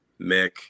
Mick